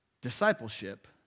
discipleship